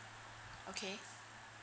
okay